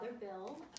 Bill